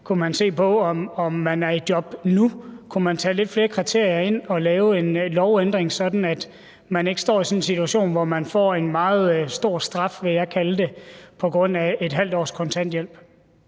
Kunne man se på, om man er i job nu? Kunne man tage lidt flere kriterier ind og lave en lovændring, sådan at man ikke står i sådan en situation, hvor man får en meget stor straf – vil jeg kalde det – på grund af et halvt års kontanthjælp?